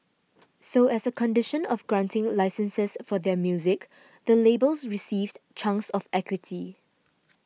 so as a condition of granting licences for their music the labels received chunks of equity